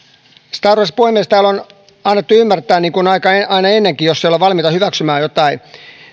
arvoisa puhemies täällä on annettu ymmärtää niin kuin aina ennenkin jos ei olla valmiita hyväksymään jotain